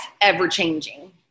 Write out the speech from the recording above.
ever-changing